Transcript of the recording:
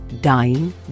dying